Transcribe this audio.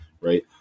right